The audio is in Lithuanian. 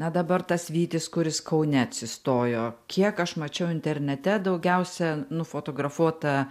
na dabar tas vytis kuris kaune atsistojo kiek aš mačiau internete daugiausia nufotografuota